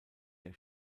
der